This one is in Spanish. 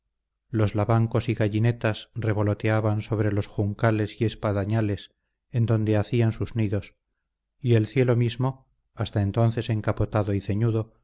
los lavancos y gallinetas revoloteaban sobre los juncales y espadañales en donde hacían sus nidos y el cielo mismo hasta entonces encapotado y